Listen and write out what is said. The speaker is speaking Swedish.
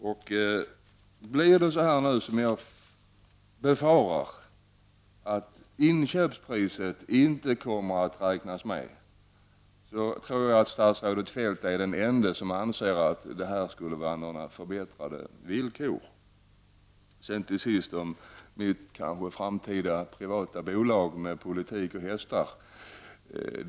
Om det blir såsom jag befarar, att inköpspriset inte kommer att räknas med, tror jag att statsrådet Feldt är den ende som anser att förslaget medför förbättrade villkor. Till sist några ord om mitt eventuella framtida privata bolag med politik och hästar.